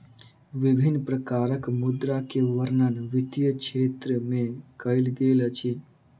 विभिन्न प्रकारक मुद्रा के वर्णन वित्तीय क्षेत्र में कयल गेल अछि